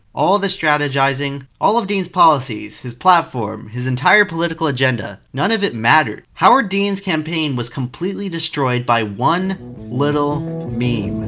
all the strategizing, all of dean's policies, his platform, his entire political agenda. none of it mattered. howard dean's campaign was completely destroyed by one little meme. and